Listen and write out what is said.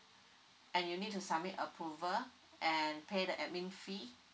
and you need to submit approval and pay the admin fee